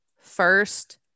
first